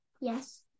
Yes